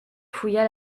fouilla